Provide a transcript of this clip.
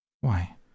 Why